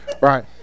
Right